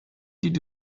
did